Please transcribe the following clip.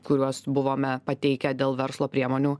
kuriuos buvome pateikę dėl verslo priemonių